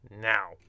now